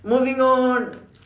moving on